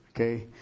Okay